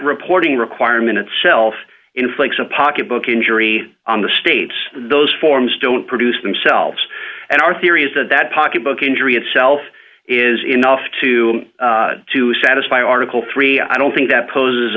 reporting requirement itself inflicts on pocketbook injury on the states those forms don't produce themselves and our theory is that that pocketbook injury itself is enough to to satisfy article three i don't think that poses